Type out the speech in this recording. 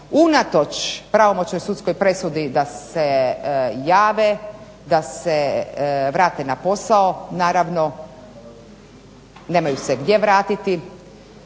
Unatoč pravomoćnoj sudskoj presudi da se jave, da se vrate na posao, nemaju se gdje vratiti.